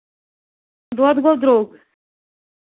دۄد گوٚو درٛوٚگ